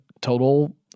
total